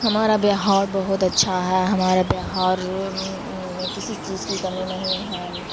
ہمارا بہار بہت اچھا ہے ہمارا بہار میں کسی چیز کی کمی نہیں ہے